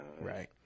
right